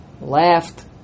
laughed